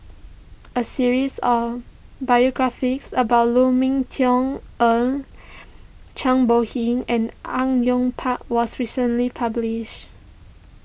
a series of biographies about Lu Ming Teh Earl Zhang Bohe and Au Yue Pak was recently published